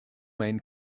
main